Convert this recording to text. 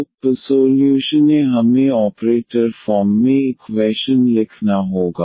तो पसोल्यूशन े हमें ऑपरेटर फॉर्म में इक्वैशन लिखना होगा